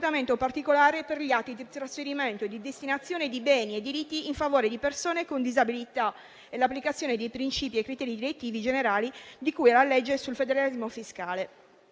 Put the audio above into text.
particolare per gli atti di trasferimento o di destinazione di beni e diritti in favore di persone con disabilità e l'applicazione dei principi e criteri direttivi generali di cui alla legge sul federalismo fiscale.